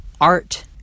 art